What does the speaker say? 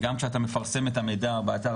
גם כשאתה מפרסם את המידע באתר,